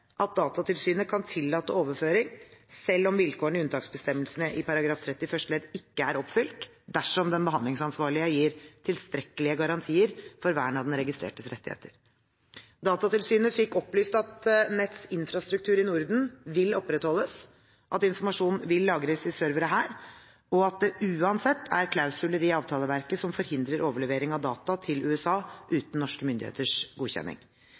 at Datatilsynet kan tillate overføring selv om vilkårene i unntaksbestemmelsene i § 30 første ledd ikke er oppfylt, dersom den behandlingsansvarlige gir «tilstrekkelige garantier» for vern av den registrertes rettigheter. Datatilsynet fikk opplyst at Nets’ infrastruktur i Norden vil opprettholdes, at informasjonen vil lagres i servere her, og at det uansett er klausuler i avtaleverket som forhindrer overlevering av data til USA uten norske myndigheters godkjenning.